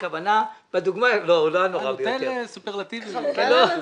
אתה נוטה לסופרלטיבים היום.